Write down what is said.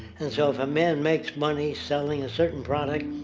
and so if a man makes money selling a certain product,